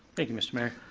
thank you, mr. mayor.